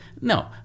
no